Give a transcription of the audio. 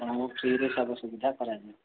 ଆପଣଙ୍କୁ ଫ୍ରିରେ ସବୁ ସୁବିଧା କରାଯିବ